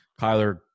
Kyler